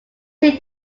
see